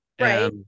Right